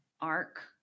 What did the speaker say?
arc